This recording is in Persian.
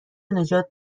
نجات